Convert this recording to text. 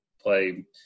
play